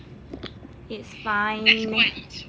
it's fine